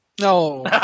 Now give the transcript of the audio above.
No